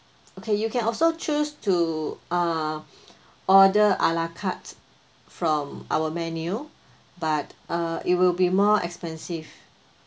okay you can also choose to uh order a la carte from our menu but uh it will be more expensive